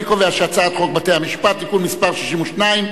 אני קובע שהצעת חוק בתי-המשפט (תיקון מס' 62),